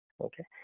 okay